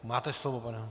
Máte slovo.